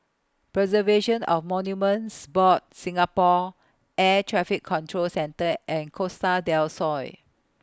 Preservation of Monuments Board Singapore Air Traffic Control Centre and Costa Del Sol